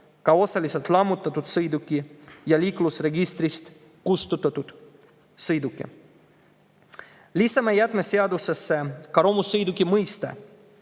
ka osaliselt lammutatud sõiduki ja liiklusregistrist kustutatud sõiduki. Lisame jäätmeseadusesse ka romusõiduki mõiste,